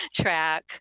track